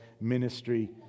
ministry